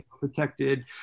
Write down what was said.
protected